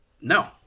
No